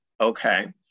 Okay